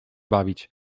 bawić